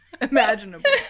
imaginable